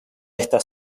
estas